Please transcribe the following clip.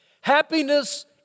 Happiness